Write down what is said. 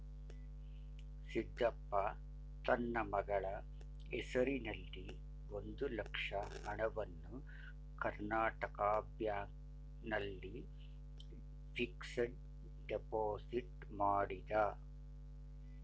ಸಿದ್ದಪ್ಪ ತನ್ನ ಮಗಳ ಹೆಸರಿನಲ್ಲಿ ಒಂದು ಲಕ್ಷ ಹಣವನ್ನು ಕರ್ನಾಟಕ ಬ್ಯಾಂಕ್ ನಲ್ಲಿ ಫಿಕ್ಸಡ್ ಡೆಪೋಸಿಟ್ ಮಾಡಿದ